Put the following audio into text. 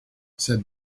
said